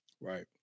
Right